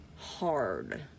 hard